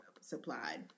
supplied